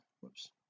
whoops